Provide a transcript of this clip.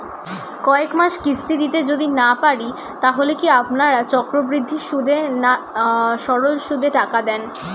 কয়েক মাস কিস্তি দিতে যদি না পারি তাহলে কি আপনারা চক্রবৃদ্ধি সুদে না সরল সুদে টাকা দেন?